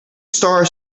star